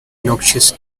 noxious